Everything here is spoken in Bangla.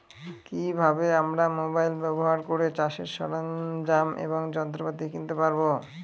কি ভাবে আমরা মোবাইল ব্যাবহার করে চাষের সরঞ্জাম এবং যন্ত্রপাতি কিনতে পারবো?